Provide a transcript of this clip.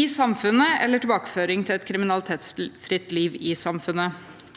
i samfunnet eller tilbakeføring til et kriminalitetsfritt liv i samfunnet.